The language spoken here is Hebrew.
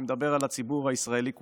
אני מדבר על הציבור הישראלי כולו.